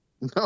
no